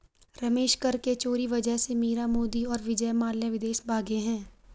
रमेश कर के चोरी वजह से मीरा मोदी और विजय माल्या विदेश भागें हैं